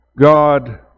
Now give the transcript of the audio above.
God